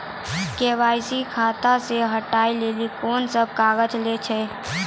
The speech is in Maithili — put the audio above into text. के.वाई.सी खाता से हटाबै लेली कोंन सब कागज लगे छै?